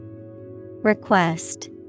Request